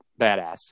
badass